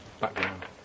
background